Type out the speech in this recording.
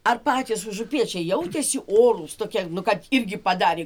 ar patys užupiečiai jautėsi orūs tokie nu kad irgi padarė